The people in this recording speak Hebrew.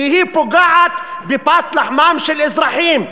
כי היא פוגעת בפת לחמם של אזרחים,